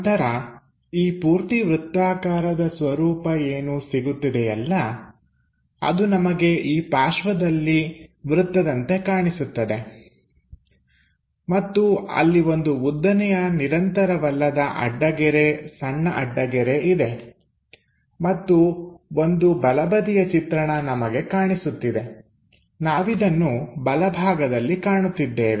ನಮಗೆ ಈ ಪೂರ್ಣ ವೃತ್ತಾಕಾರದ ಸ್ವರೂಪ ಸಿಗುತ್ತಿದೆಯಲ್ಲ ಅದು ನಮಗೆ ಈ ಪಾರ್ಶ್ವದಲ್ಲಿ ನಮಗೆ ವೃತ್ತದಂತೆ ಕಾಣಿಸುತ್ತದೆ ಮತ್ತು ಅಲ್ಲಿ ಒಂದು ಉದ್ದನೆಯ ನಿರಂತರವಲ್ಲದ ಅಡ್ಡಗೆರೆ ಸಣ್ಣಅಡ್ಡಗೆರೆ ಇದೆ ಮತ್ತು ಒಂದು ಬಲಬದಿಯ ಚಿತ್ರಣ ನಮಗೆ ಕಾಣಿಸುತ್ತಿದೆ ನಾವಿದನ್ನು ಬಲಭಾಗದಲ್ಲಿ ಕಾಣುತ್ತಿದ್ದೇವೆ